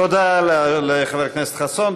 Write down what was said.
תודה לחבר הכנסת חסון.